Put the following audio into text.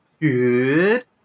Good